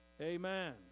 Amen